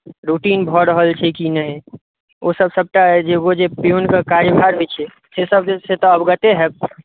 routine भऽ रहल छै कि नहि ओ सभ सभटा ओ जे पीयूनके कार्यभार होइत छै से सभसँ जे छै अवगते हैब